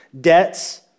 debts